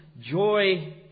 joy